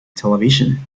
television